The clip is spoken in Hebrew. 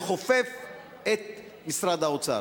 לכופף את משרד האוצר.